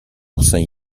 oursins